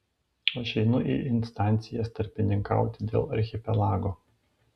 aš einu į instancijas tarpininkauti dėl archipelago